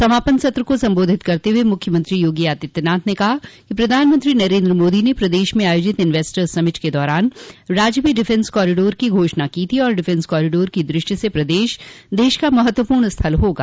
समापन सत्र को संबोधित करते हुए मुख्यमंत्री योगी आदित्यनाथ ने कहा कि प्रधानमंत्री नरेन्द्र मोदी ने प्रदेश में आयोजित इंवेस्टर समिट के दौरान राज्य में डिफेंस कॉरिडोर की घोषणा की थी और डिफेंस कॉरिडोर की दृष्टि से प्रदेश देश का महत्वपूर्ण स्थल होगा